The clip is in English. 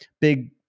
big